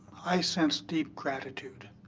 i sense deep gratitude.